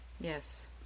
yes